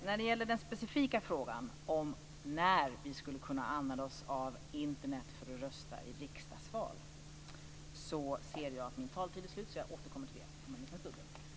När det gäller den specifika frågan om när vi skulle kunna använda oss av Internet för att rösta i riksdagsval återkommer jag om en liten stund, för jag ser att min talartid är slut.